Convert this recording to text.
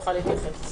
פרידמן,